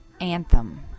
Anthem